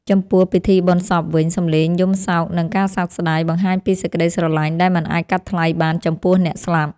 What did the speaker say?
ចំពោះពិធីបុណ្យសពវិញ សម្លេងយំសោកនិងការសោកស្តាយ បង្ហាញពីសេចក្តីស្រឡាញ់ដែលមិនអាចកាត់ថ្លៃបានចំពោះអ្នកស្លាប់។